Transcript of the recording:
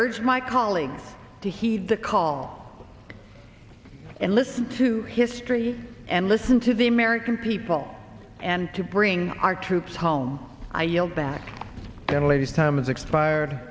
urge my colleagues to heed the call and listen to history and listen to the american people and to bring our troops home i yield back again ladies time has expired